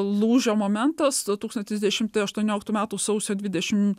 lūžio momentas du tūkstančiai dešimti aštuonioliktų metai sausio dvidešimt